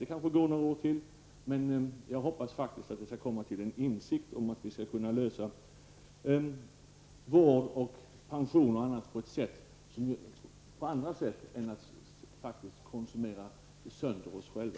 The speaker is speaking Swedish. Det kanske går några år till, men jag hoppas faktiskt att vi skall komma till en insikt, som gör det möjligt att lösa problemen med bl.a. vård och pension på andra sätt än genom att konsumera sönder oss själva.